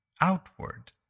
outward